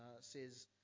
says